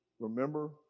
Remember